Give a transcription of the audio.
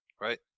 right